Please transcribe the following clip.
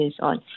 on